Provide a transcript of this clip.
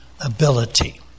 ability